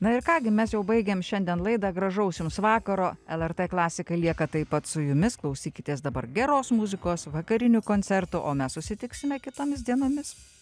na ir ką gi mes jau baigėm šiandien laidą gražaus jums vakaro lrt klasika lieka taip pat su jumis klausykitės dabar geros muzikos vakarinių koncertų o mes susitiksime kitomis dienomis